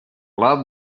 loved